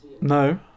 No